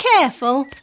careful